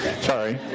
Sorry